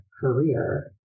career